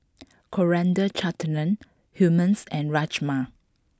Coriander Chutney Hummus and Rajma